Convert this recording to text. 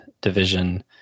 Division